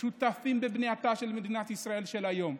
שותפים בבנייתה של מדינת ישראל של היום.